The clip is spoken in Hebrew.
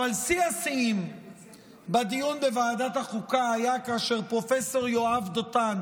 שיא השיאים בדיון בוועדת החוקה היה כאשר פרופ' יואב דותן